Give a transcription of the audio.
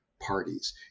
parties